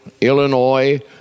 Illinois